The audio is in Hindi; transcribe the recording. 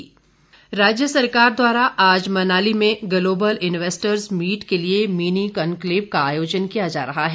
इनवैस्टर्स मीट राज्य सरकार द्वारा आज मनाली में ग्लोबल इन्वेस्टर्स मीट के लिए मिनी कनक्लेव का आयोजन किया जा रहा है